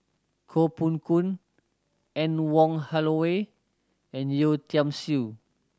Koh Poh Koon Anne Wong Holloway and Yeo Tiam Siew